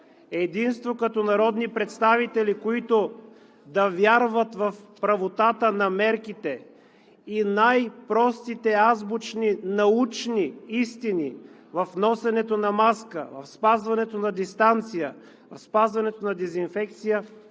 единство като народни представители, които да вярват в правотата на мерките и най простите азбучни научни истини в носенето на маска, в спазването на дистанция, в спазването на дезинфекция,